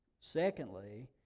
Secondly